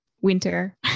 winter